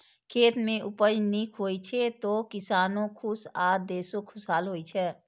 खेत मे उपज नीक होइ छै, तो किसानो खुश आ देशो खुशहाल होइ छै